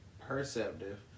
perceptive